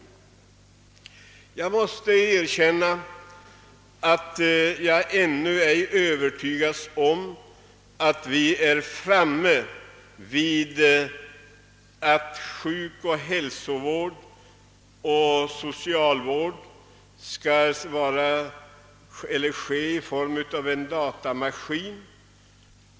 Jag måste erkänna att jag ännu ej övertygats om att vi är framme vid att sjuk-, hälsooch socialvård skall ges med hjälp av datamaskin.